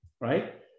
right